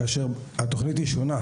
כאשר התוכנית היא שונה,